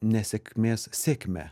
nesėkmės sėkme